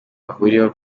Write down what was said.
bahuriyeho